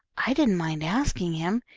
i didn't mind asking him.